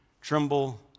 tremble